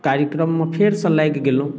कार्यक्रममे फेरसऽ लागि गेलहुॅं